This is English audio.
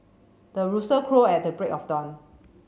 the rooster crow at the break of dawn